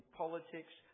politics